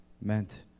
meant